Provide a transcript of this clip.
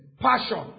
Passion